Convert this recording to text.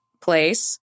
place